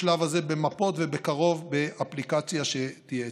בשלב הזה במפות, ובקרוב, באפליקציה שתהיה אצלם.